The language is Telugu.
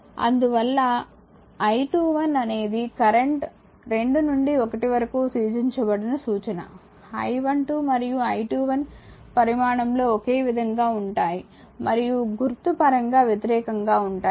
అందువల్ల I21 అనేది కరెంట్ 2 నుండి 1 వరకు సూచించబడిన సూచన I12 మరియు I21 పరిమాణంలో ఒకే విధంగా ఉంటాయి మరియు గుర్తు సైన్ పరంగా వ్యతిరేకంగా ఉంటాయి